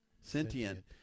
sentient